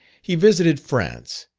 he visited france,